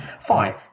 Fine